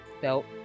felt